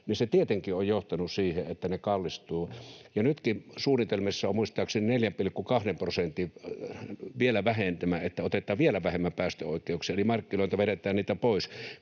tietenkin on johtanut siihen, että ne kallistuvat, ja nytkin suunnitelmissa on muistaakseni vielä 4,2 prosentin vähentämä, että otetaan vielä vähemmän päästöoikeuksia ja markkinoilta vedetään niitä pois,